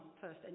first